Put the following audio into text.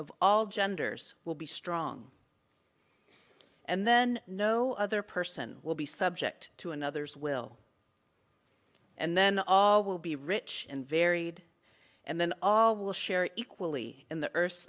of all genders will be strong and then no other person will be subject to another's will and then all will be rich and varied and then all will share equally in the earth